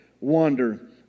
wander